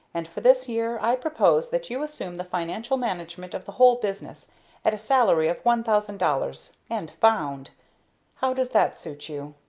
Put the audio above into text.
and for this year i propose that you assume the financial management of the whole business at a salary of one thousand dollars and found how does that suit you?